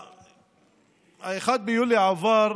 1 ביולי עבר,